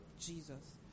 Jesus